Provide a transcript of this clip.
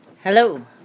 Hello